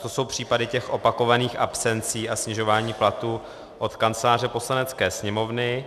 To jsou případy těch opakovaných absencí a snižování platů od Kanceláře Poslanecké sněmovny.